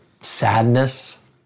sadness